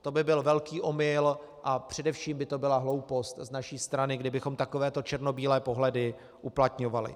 To by byl velký omyl a především by to byla hloupost z naší strany, kdybychom takovéto černobílé pohledy uplatňovali.